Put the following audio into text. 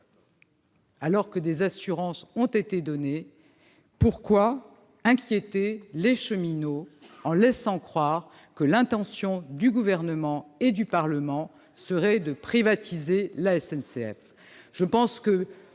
alors que des assurances ont été données, pourquoi inquiéter les cheminots en laissant croire que l'intention du Gouvernement et du Parlement serait de privatiser la SNCF ?